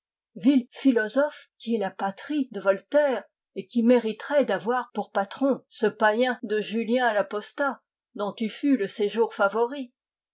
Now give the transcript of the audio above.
ville philosophe qui es la patrie de voltaire et qui mériterais d'avoir pour patron ce païen de julien l'apostat dont tu fus le séjour favori